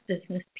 business